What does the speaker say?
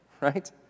right